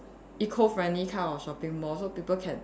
eco friendly kind of shopping mall so people can